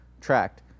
tracked